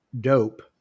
dope